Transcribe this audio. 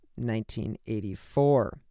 1984